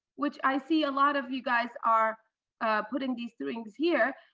which i see a lot of you guys are putting these things here,